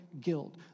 guilt